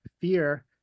fear